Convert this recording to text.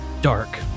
dark